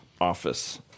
office